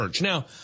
Now